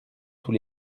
tous